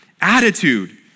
Attitude